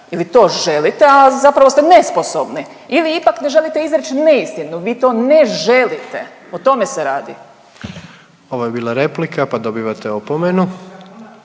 li to želite, a zapravo ste nesposobni ili ipak ne želite izreć neistinu, vi to ne želite, o tome se radi. **Jandroković, Gordan (HDZ)** Ovo je bila replika, pa dobivate opomenu.